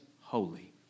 holy